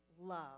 love